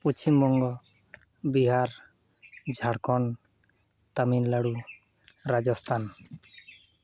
Paschimbanga Bihar Jharkhand Tamil Nadu Rajasthan